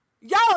yo